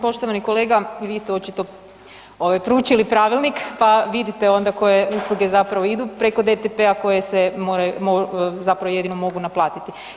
Poštovani kolega, i vi ste očito proučili pravilnik pa vidite onda koje usluge zapravo idu, preko DTP-a koje se zapravo jedino mogu naplatiti.